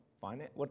finance